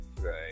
Right